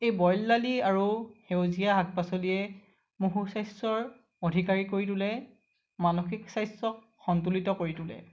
এই বইল দালি আৰু সেউজীয়া শাক পাচলিয়ে মোৰ সু স্বাস্থ্যৰ অধিকাৰী কৰি তোলে মানসিক স্বাস্থ্যক সন্তুলিত কৰি তোলে